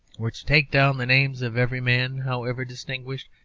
were to take down the names of every man, however distinguished,